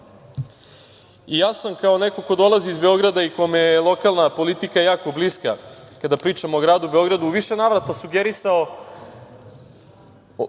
sam neko ko dolazi iz Beograda i kome je lokalna politika jako bliska, kada pričamo o gradu Beogradu, u više navrata sugerisao,